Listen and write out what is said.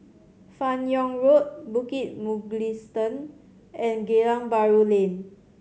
Fan Yoong Road Bukit Mugliston and Geylang Bahru Lane